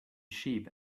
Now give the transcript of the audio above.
sheep